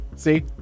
See